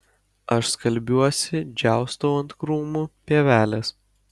aš skalbiuosi džiaustau ant krūmų pievelės